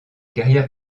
carrière